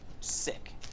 sick